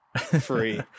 free